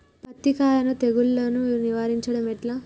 పత్తి కాయకు తెగుళ్లను నివారించడం ఎట్లా?